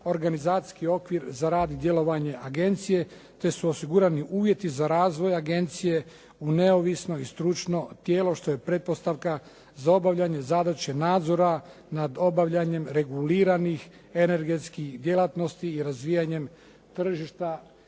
organizacijski okvir za rad i djelovanje agencije, te su osigurani uvjeti za razvoj agencije u neovisno i stručno tijelo što je pretpostavka za obavljanje zadaće nadzora nad obavljanjem reguliranih energetskih djelatnosti razvijanjem tržišta